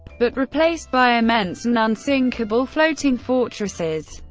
but replaced by immense and unsinkable floating fortresses,